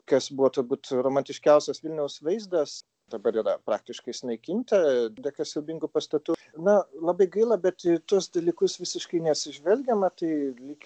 kas buvo turbūt romantiškiausias vilniaus vaizdas dabar yra praktiškai sunaikinta dėka siaubingų pastatų na labai gaila bet į tuos dalykus visiškai neatsižvelgiama tai lyg